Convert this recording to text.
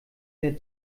der